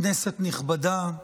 כנסת נכבדה,